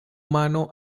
mano